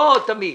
לא תמיד